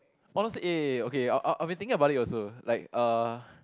honestly eh okay I'll I'll been thinking about it also like uh